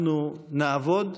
אנחנו נעבוד,